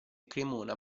cremona